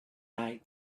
night